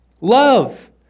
Love